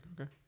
okay